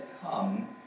come